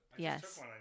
Yes